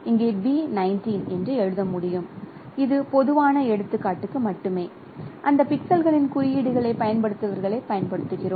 இங்கே B19 என்று எழுத முடியும் இது பொதுவான எடுத்துக்காட்டுக்கு மட்டுமே அந்த பிக்சல்களின் குறியீடுகளைப் பயன்படுத்துபவர்களைப் பயன்படுத்துகிறோம்